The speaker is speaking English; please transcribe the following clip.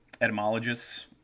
etymologists